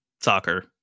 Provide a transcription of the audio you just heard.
soccer